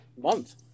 month